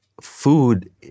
food